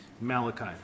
Malachi